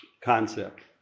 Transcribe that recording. concept